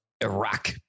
Iraq